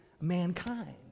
mankind